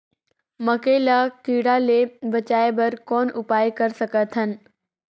मकई ल कीड़ा ले बचाय बर कौन उपाय कर सकत हन?